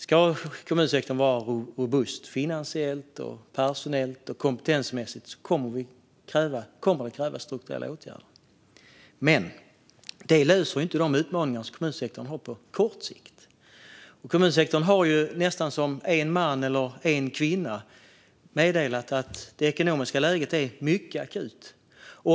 Ska kommunsektorn vara robust finansiellt, personellt och kompetensmässigt kommer det att krävas strukturella åtgärder. Men det löser inte de utmaningar som kommunsektorn har på kort sikt. Kommunsektorn har nästan som en man eller en kvinna meddelat att det ekonomiska läget är mycket akut.